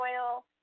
oil